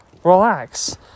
Relax